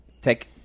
take